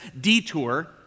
detour